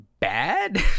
bad